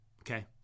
Okay